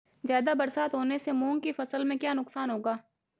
ज़्यादा बरसात होने से मूंग की फसल में क्या नुकसान होगा?